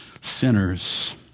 sinners